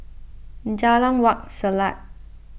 Jalan Wak Selat